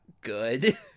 good